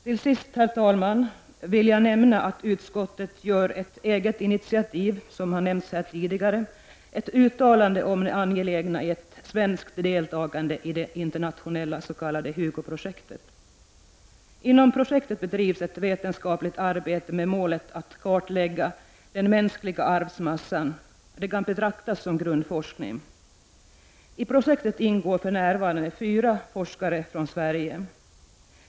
Till sist, herr talman, vill jag framhålla att utskottet på eget initiativ, som har nämnts här tidigare, gör ett uttalande om det angelägna i ett svenskt deltagande i det internationella s.k. HUGO-projektet. Inom projektet bedrivs ett vetenskapligt arbete med målet att kartlägga den mänskliga arvsmassan. Det kan betraktas som grundforskning. I projektet ingår för närvarande fyra forskare från Sverige.